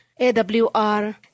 AWR